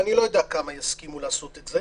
אני לא יודע כמה יסכימו לעשות את זה